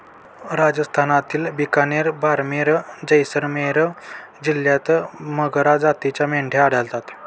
राजस्थानातील बिकानेर, बारमेर, जैसलमेर जिल्ह्यांत मगरा जातीच्या मेंढ्या आढळतात